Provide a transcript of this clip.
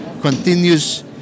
continues